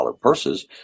purses